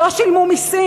לא שילמו מסים.